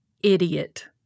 idiot